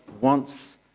wants